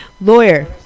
Lawyer